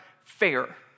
fair